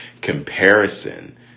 comparison